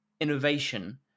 innovation